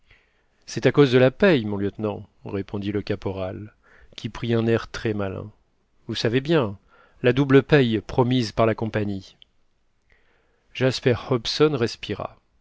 c'est à cause de la paie mon lieutenant répondit le caporal qui prit un air très malin vous savez bien la double paie promise par la compagnie jasper hobson respira